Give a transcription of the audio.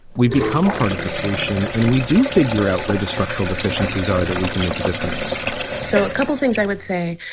we become part of the solution and we do figure out where the structural deficiencies are that we can make a difference so a couple of things i would say.